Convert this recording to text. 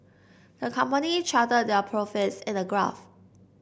the company charted their profits in a graph